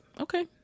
Okay